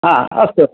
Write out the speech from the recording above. हा अस्तु